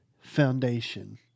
foundation